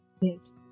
Yes